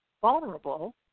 vulnerable